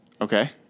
Okay